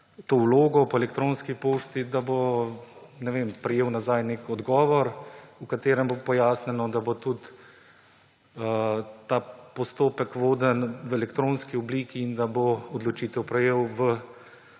vlogo po elektronski pošti, bo, ne vem, prejel nazaj nek odgovor, v katerem bo pojasnjeno, da bo ta postopek voden v elektronski obliki in da bo odločitev prejel